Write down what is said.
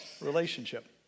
relationship